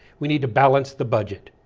we need to balance the budget.